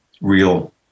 real